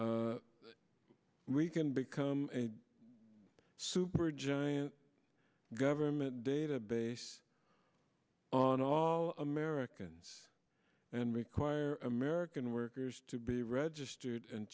essentially we can become a super giant government database on all americans and require american workers to be registered and